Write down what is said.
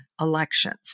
elections